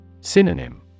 Synonym